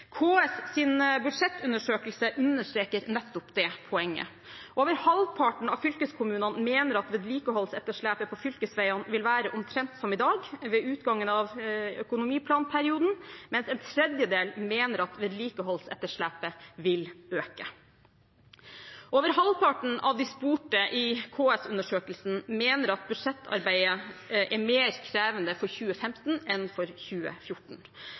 KS’ budsjettundersøkelse understreket nettopp det poenget. Over halvparten av fylkeskommunene mener at vedlikeholdsetterslepet på fylkesveiene vil være omtrent som i dag ved utgangen av økonomiplanperioden, mens en tredjedel mener at vedlikeholdsetterslepet vil øke. Over halvparten av de spurte i KS-undersøkelsen mener at budsjettarbeidet er mer krevende for 2015 enn det var for 2014,